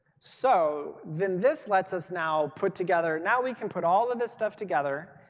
so then this let's us now put together now we can put all of this stuff together.